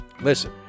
listen